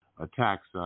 attacks